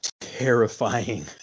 terrifying